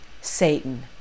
Satan